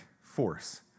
force